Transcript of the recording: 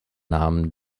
namen